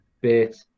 bit